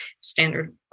Standard